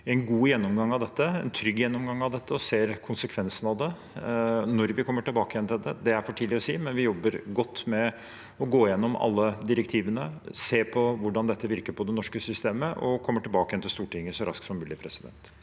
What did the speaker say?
en god gjennomgang av dette, en trygg gjennomgang av dette, og ser konsekvensene av det. Når vi kommer tilbake til det, er det for tidlig å si, men vi jobber godt med å gå gjennom alle direktivene og se på hvordan dette virker på det norske systemet, og kommer tilbake til Stortinget så raskt som mulig. Presidenten